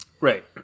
right